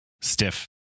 stiff